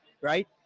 right